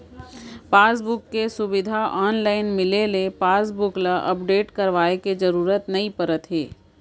passbook के सुबिधा online मिले ले पासबुक ल अपडेट करवाए के जरूरत नइ परत हे